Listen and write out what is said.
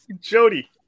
Jody